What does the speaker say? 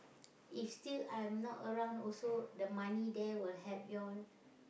if still if I'm not around also the money there will help you all